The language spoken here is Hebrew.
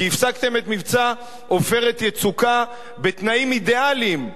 כי הפסקתם את מבצע "עופרת יצוקה" בתנאים אידיאליים,